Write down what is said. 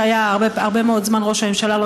שהיה הרבה מאוד זמן ראש הממשלה.